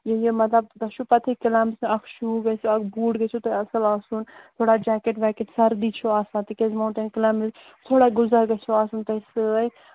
یہِ یہِ مطلب تۄہہِ چھُ پَتہٕ ہٕے کٕلیمںٛب اَکھ شوٗ گژھِ آسُن اَکھ بوٗٹ گژھوٕ تۄہہِ اَصٕل آسُن تھوڑا جیکیٹ وٮ۪کٮ۪ٹ سردی چھَو آسان تِکیٛازِ ماوٹین کٕلیمنٛب وِزِ تھوڑا غذا گژھوٕ آسُن تۄہہِ سۭتۍ